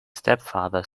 stepfather